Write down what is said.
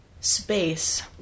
space